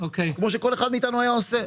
כפי שכל אחד מאתנו היה עושה?